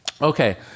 Okay